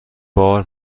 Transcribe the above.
بار